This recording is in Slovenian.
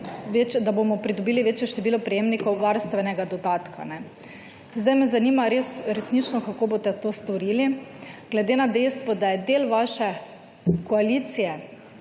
da bomo pridobili večje število prejemnikov varstvenega dodatka. Zdaj me resnično zanima, kako boste to storili, glede na dejstvo, da je del vaše koalicije